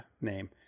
name